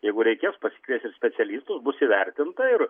jeigu reikės pasikvies ir specialistus bus įvertinta ir